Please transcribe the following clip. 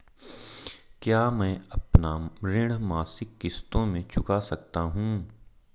क्या मैं अपना ऋण मासिक किश्तों में चुका सकता हूँ?